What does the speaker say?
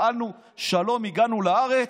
אמרנו: שלום הגענו לארץ,